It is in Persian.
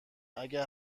اگر